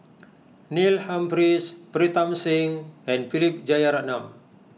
Neil Humphreys Pritam Singh and Philip Jeyaretnam